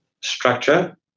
structure